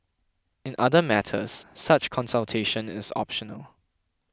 in other matters such consultation is optional